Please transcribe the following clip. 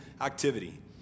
activity